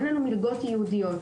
אין לנו מלגות ייעודיות.